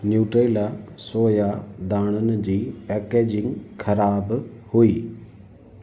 Nutrela soya दाणनि जी packaging ख़राबु हुई